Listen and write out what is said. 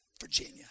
Virginia